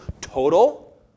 total